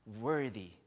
worthy